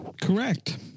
correct